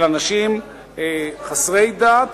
של אנשים חסרי דת